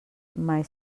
mai